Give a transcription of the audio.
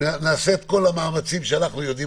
נעשה את כל המאמצים שאנחנו יודעים